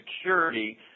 security